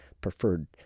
preferred